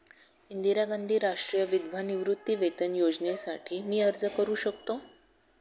इंदिरा गांधी राष्ट्रीय विधवा निवृत्तीवेतन योजनेसाठी मी अर्ज करू शकतो?